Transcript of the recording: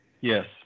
Yes